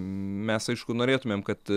mes aišku norėtumėm kad